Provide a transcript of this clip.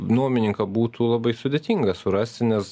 nuomininką būtų labai sudėtinga surasti nes